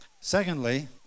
Secondly